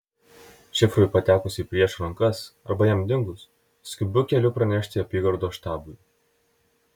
šifrui patekus į priešo rankas arba jam dingus skubiu keliu pranešti apygardos štabui